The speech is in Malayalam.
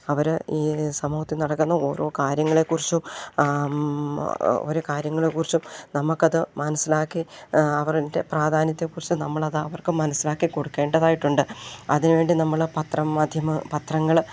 അവർ ഈ സമൂഹത്തിൽ നടക്കുന്ന ഓരോ കാര്യങ്ങളെക്കുറിച്ചും ഓരോ കാര്യങ്ങളെക്കുറിച്ചും നമുക്കത് മനസ്സിലാക്കി അവരുടെ പ്രാധാന്യത്തെക്കുറിച്ച് നമ്മളത് അവർക്കു മനസ്സിലാക്കി കൊടുക്കേണ്ടതായിട്ടുണ്ട് അതിനു വേണ്ടി നമ്മൾ പത്രം മാധ്യമ പത്രങ്ങൾ